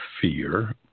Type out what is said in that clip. fear